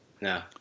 No